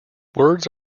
words